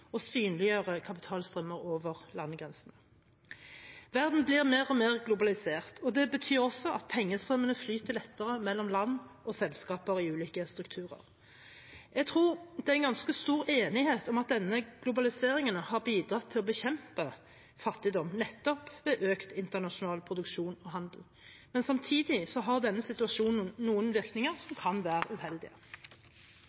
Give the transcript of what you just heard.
og synliggjøre kapitalstrømmer over landegrensene. Verden blir mer og mer globalisert, og det betyr også at pengestrømmene flyter lettere mellom land og selskaper i ulike strukturer. Jeg tror det er ganske stor enighet om at denne globaliseringen har bidratt til å bekjempe fattigdom nettopp ved økt internasjonal produksjon og handel, men samtidig har denne situasjonen noen virkninger som kan være uheldige.